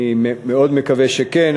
אני מאוד מקווה שכן,